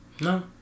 No